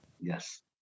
Yes